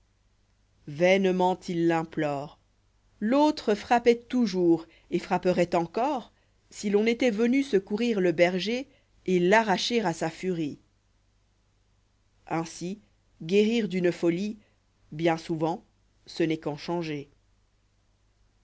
vainement il l'implorç l'autre frappoit toujours et frapperait encore si l'on n'étoit venu secourir le bergeil et l'arracher à sa furie ainsi guérir d'une folie bien souvent ce n'est qu'en changer